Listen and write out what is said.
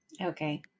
Okay